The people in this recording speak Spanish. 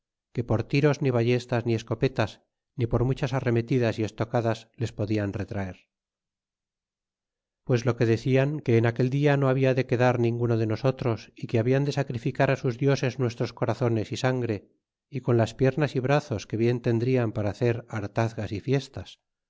que por tiros ni ballestas ni escopetas ni por muchas arremetidas y estocadas les podian retraer pues lo que decian que en aquel dia no habia de quedar ninguno de nosotros y que hadan de sacrificará sus dioses nuestros corazones y sangre y con las piernas y brazos que bien tendrian para hacer hartazgas y fiestas